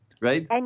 right